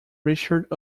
richard